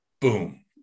boom